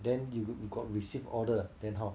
then you got received order then how